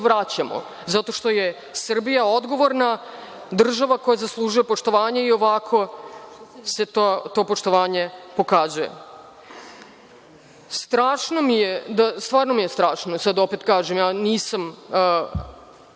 zato što je Srbija odgovorna država koja zaslužuje poštovanje i ovako se to poštovanje pokazuje. Strašno mi je, stvarno mi je strašno, nisam